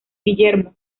guillermo